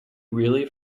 really